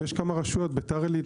יש כמה רשויות - ביתר עלית,